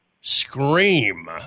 scream